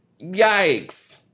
Yikes